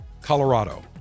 Colorado